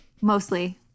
Mostly